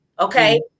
okay